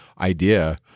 idea